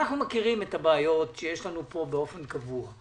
אנחנו מכירים את הבעיות שיש לנו פה באופן קבוע.